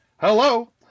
Hello